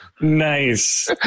Nice